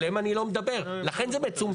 עליהם אני לא מדבר, לכן זה מצומצם.